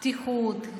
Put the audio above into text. פתיחות,